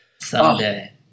Someday